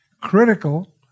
critical